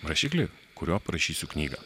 rašiklį kuriuo parašysiu knygą